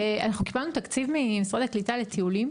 אנחנו קיבלנו תקציב ממשרד הקליטה לטיולים,